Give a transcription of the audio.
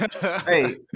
hey